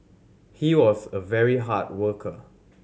he was a very hard worker